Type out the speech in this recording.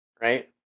right